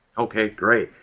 okay, great.